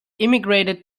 immigrated